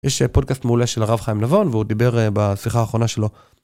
יש פודקאסט מעולה של הרב חיים נבון והוא דיבר בשיחה האחרונה שלו.